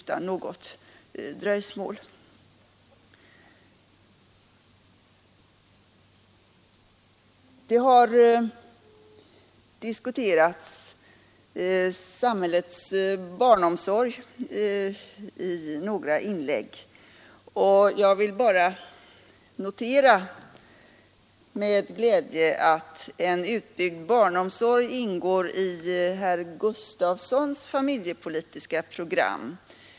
Samhällets barnomsorg har diskuterats i några inlägg. Jag vill med glädje bara notera att en utbyggd barnomsorg ingår i herr Gustavssons familjepolitiska program.